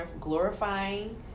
glorifying